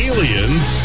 Aliens